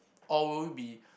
all will be